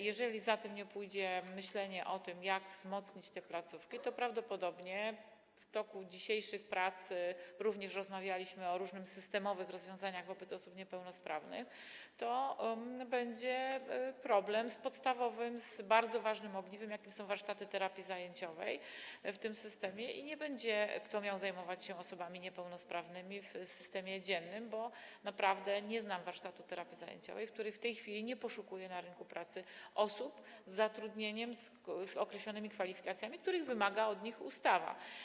Jeżeli za tym nie pójdzie myślenie o tym, jak wzmocnić te placówki, to prawdopodobnie - w toku dzisiejszych prac również rozmawialiśmy o różnych systemowych rozwiązaniach wobec osób niepełnosprawnych - będzie problem z podstawowym, z bardzo ważnym ogniwem, jakim są warsztaty terapii zajęciowej w tym systemie, i nie będzie kto miał zajmować się osobami niepełnosprawnymi w systemie dziennym, bo naprawdę nie znam warsztatu terapii zajęciowej, który w tej chwili nie poszukuje na rynku pracy osób z zatrudnieniem, z określonymi kwalifikacjami, których wymaga od nich ustawa.